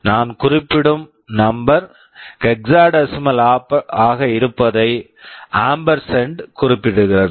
நான் குறிப்பிடும் number number hexadecimal hexadecimal ஆக இருப்பதை ஆம்பர்சண்ட் ampersand குறிப்பிடுகிறது